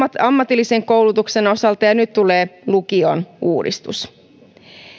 ammatillisen koulutuksen osalta ja nyt tulee lukion uudistus